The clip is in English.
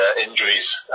injuries